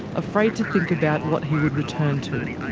afraid to think about what he would return to.